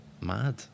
mad